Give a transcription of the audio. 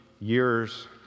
Years